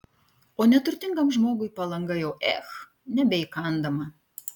o neturtingam žmogui palanga jau ech nebeįkandama